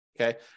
Okay